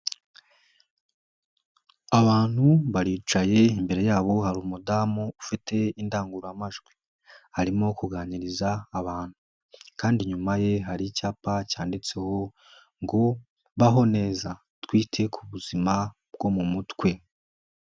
Abantu baricaye imbere yabo hari umudamu ufite indangururamajwi, arimo kuganiriza abantu, kandi inyuma ye hari icyapa cyanditseho ngo" baho neza twite ku buzima bwo mu mutwe".